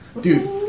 Dude